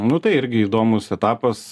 nu tai irgi įdomus etapas